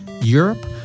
Europe